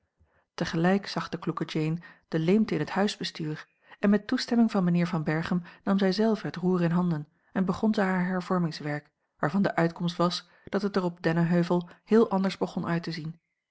zag de kloeke jane de leemte in het huisbestuur en met toestemming van mijnheer van berchem nam zij zelve het roer in handen en begon zij haar hervormingswerk waarvan de uitkomst was dat het er op dennenheuvel heel anders begon uit te zien